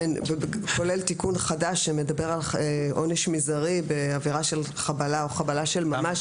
כולל תיקון חדש שמדבר על עונש מזערי בעבירה של חבלה או חבלה של ממש